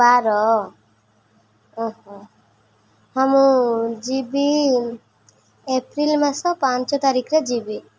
ବାର ମୁଁ ଯିବି ଏପ୍ରିଲ ମାସ ପାଞ୍ଚ ତାରିଖରେ ଯିବି